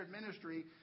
ministry